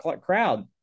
crowd